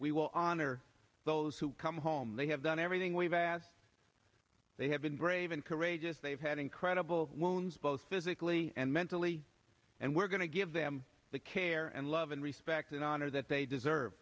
we will honor those who come home they have done everything we've asked they have been brave and courageous they've had incredible loans both physically and mentally and we're going to give them the care and love and respect and honor that they deserve